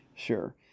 Sure